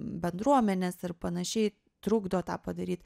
bendruomenės ir panašiai trukdo tą padaryt